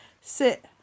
sit